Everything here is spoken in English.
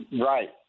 Right